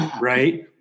Right